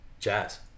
Jazz